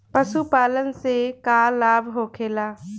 पशुपालन से का लाभ होखेला?